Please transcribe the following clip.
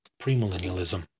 premillennialism